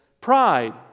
Pride